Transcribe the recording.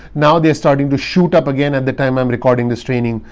now they're starting to shoot up again. at the time i'm recording this training.